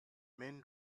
men